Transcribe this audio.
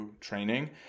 training